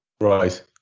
Right